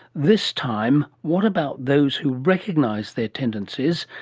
this time, what about those who recognise their tendencies,